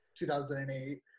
2008